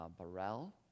Burrell